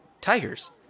Tigers